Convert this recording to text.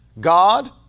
God